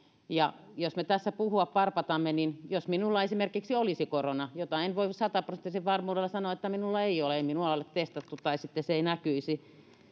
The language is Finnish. ja kun me tässä puhua parpatamme niin jos minulla esimerkiksi olisi korona en voi sataprosenttisella varmuudella sanoa että minulla ei ole kun ei minua ole testattu tai sitten se ei näkyisi